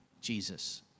Jesus